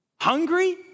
hungry